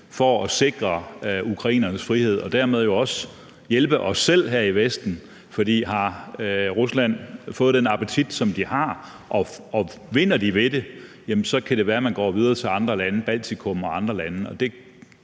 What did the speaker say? for at sikre ukrainernes frihed og dermed også hjælpe os selv her i Vesten? For har Rusland fået den appetit, som de har, og vinder de ved det, kan det være, de går videre til andre lande, Baltikum og andre lande,